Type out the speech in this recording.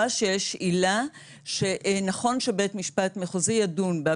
שיש עילה שנכון שבית משפט מחוזי ידון בה,